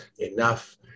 enough